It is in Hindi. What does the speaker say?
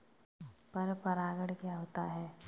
पर परागण क्या होता है?